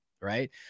Right